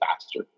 faster